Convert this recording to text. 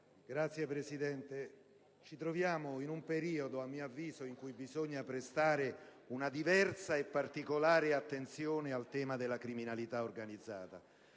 Signor Presidente, ci troviamo in un periodo, a mio avviso, in cui bisogna prestare una diversa e particolare attenzione al tema della criminalità organizzata,